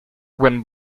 when